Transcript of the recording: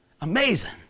Amazing